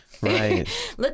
Right